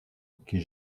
qui